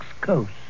coast